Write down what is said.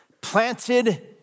Planted